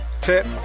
tip